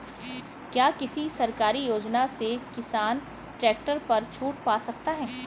क्या किसी सरकारी योजना से किसान ट्रैक्टर पर छूट पा सकता है?